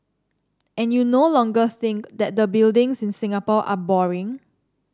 and you no longer think that the buildings in Singapore are boring